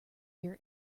year